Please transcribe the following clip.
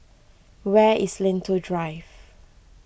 where is Lentor Drive